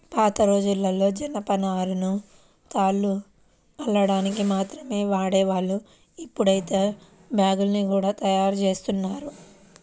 పాతరోజుల్లో జనపనారను తాళ్లు అల్లడానికి మాత్రమే వాడేవాళ్ళు, ఇప్పుడైతే బ్యాగ్గుల్ని గూడా తయ్యారుజేత్తన్నారు